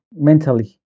mentally